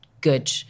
good